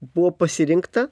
buvo pasirinkta